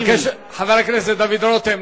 חבר הכנסת דוד רותם,